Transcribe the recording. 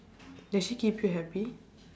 does she keep you happy